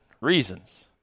reasons